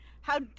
how-